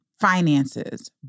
finances